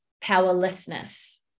powerlessness